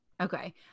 Okay